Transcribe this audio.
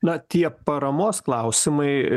na tie paramos klausimai